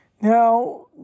Now